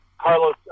Carlos